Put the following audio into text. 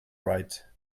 right